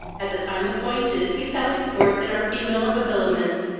at the time appointed we sallied forth in our female habiliments,